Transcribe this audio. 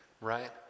Right